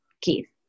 Keith